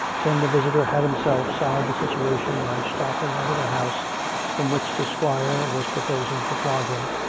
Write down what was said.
then the visitor had himself solved the situation by stalking out of the house from which the squire was proposing to flog him,